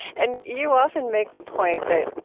and you often make the point that,